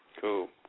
Cool